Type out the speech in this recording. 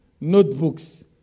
notebooks